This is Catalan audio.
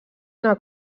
una